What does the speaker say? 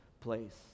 place